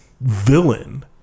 villain